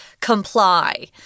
comply